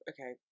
Okay